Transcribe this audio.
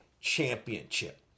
championship